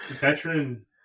veteran